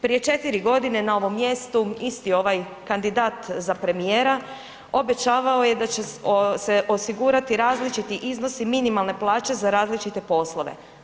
Prije četiri godine na ovom mjestu isti ovaj kandidat za premijera obećavao je da će se osigurati različiti iznosi minimalne plaće za različite poslove.